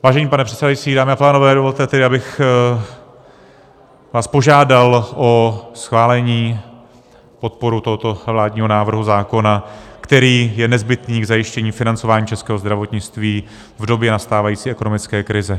Vážený pane předsedající, dámy a pánové, dovolte tedy, abych vás požádal o schválení, podporu tohoto vládního návrhu zákona, který je nezbytný k zajištění financování českého zdravotnictví v době nastávající ekonomické krize.